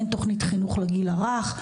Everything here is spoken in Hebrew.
אין תוכנית חינוך לגיל הרך.